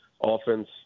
Offense